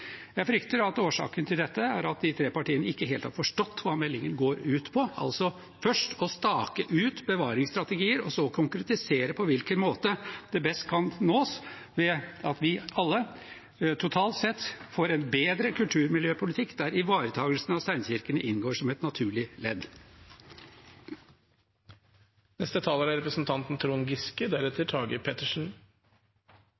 Jeg frykter at årsaken til dette er at de tre partiene ikke helt har forstått hva meldingen går ut på – altså først å stake ut bevaringsstrategier og så konkretisere på hvilken måte de best kan nås, ved at vi alle totalt sett får en bedre kulturmiljøpolitikk der ivaretagelsen av steinkirkene inngår som et naturlig